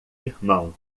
irmão